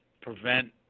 prevent